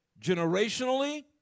generationally